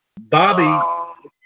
Bobby